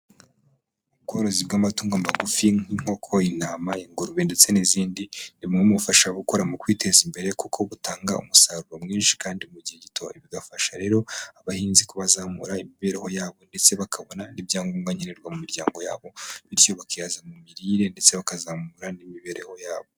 Ubworozi bw'amatungo magufi nk'inkoko, intama, ingurube ndetse n'izindi zimuha ubufasha mu kwiteza imbere kuko gutanga umusaruro mwinshi kandi mu gihe gitoya, bigafasha rero abahinzi kubazamura imibereho yabo, ndetse bakabona n'ibyangombwa nkenerwa mu miryango yabo, bityo bakihaza mu mirire, ndetse bakazamura n'imibereho yabo.